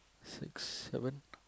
six seven